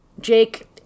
Jake